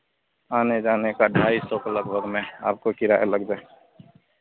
आने जाने का ढाई सौ के लगभग में आपको किराया लग जा